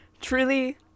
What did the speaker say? truly